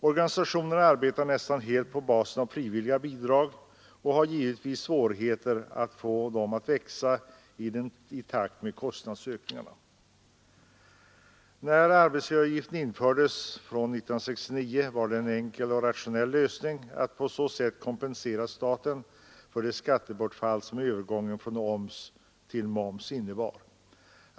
Organisationerna arbetar nästan helt på basen av frivilliga bidrag och har givetvis svårigheter att få dessa att växa i takt med kostnadsökningarna. När arbetsgivaravgiften infördes 1969 var det en enkel och rationell lösning att kompensera staten för det skattebortfall som övergången från oms till moms innebar.